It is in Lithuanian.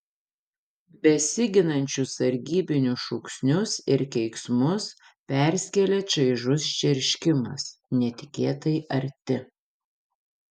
besiginančių sargybinių šūksnius ir keiksmus perskėlė čaižus čerškimas netikėtai arti